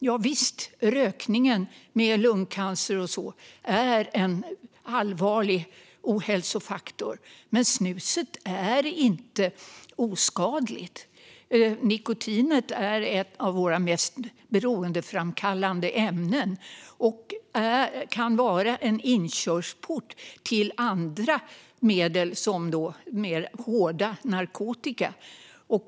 Javisst, rökningen med lungcancer och sådant är en allvarlig ohälsofaktor. Men snuset är inte oskadligt. Nikotin är ett av våra mest beroendeframkallande ämnen och kan vara en inkörsport till andra, tyngre medel såsom narkotika.